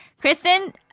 Kristen